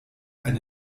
eine